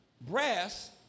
brass